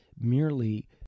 merely